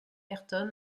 ayrton